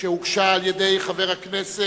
שהגיש חבר הכנסת